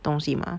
东西嘛